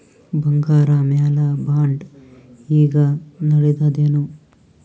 ಬಂಗಾರ ಮ್ಯಾಲ ಬಾಂಡ್ ಈಗ ನಡದದೇನು?